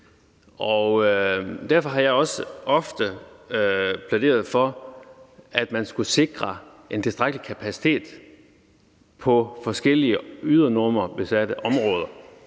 derfor har jeg også ofte plæderet for, at man skulle sikre en tilstrækkelig kapacitet på forskellige ydernummerbesatte områder,